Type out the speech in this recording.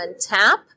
tap